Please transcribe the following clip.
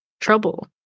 trouble